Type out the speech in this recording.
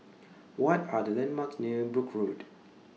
What Are The landmarks near Brooke Road